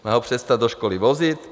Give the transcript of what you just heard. Má ho přestat do školy vozit?